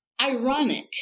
ironic